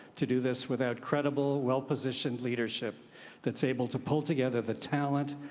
to do this without incredible, well positioned leadership that's able to pull together the talent,